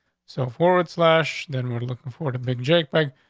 so forward slash then would look before the big jake bag,